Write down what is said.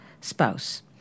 spouse